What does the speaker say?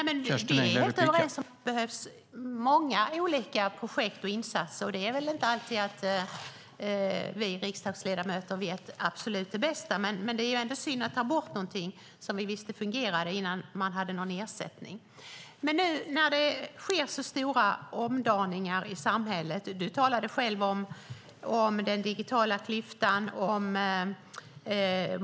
Herr talman! Vi är helt överens om att det behövs många olika projekt och insatser. Det är inte alltid vi riksdagsledamöter vet bäst. Men det är ändå synd att lägga ned något som vi visste fungerade innan det fanns en ersättning. Nu sker stora omdaningar i samhället. Christer Nylander talade själv om den digitala klyftan.